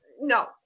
no